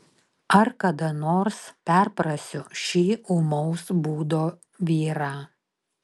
ar kada nors perprasiu šį ūmaus būdo vyrą